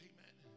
Amen